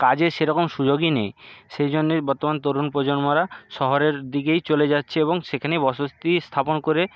কাজের সেরকম সুযোগই নেই সেই জন্যই বর্তমান তরুণ প্রজন্মরা শহরের দিকেই চলে যাচ্ছে এবং সেখানেই বসতি স্থাপন করে